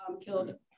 Killed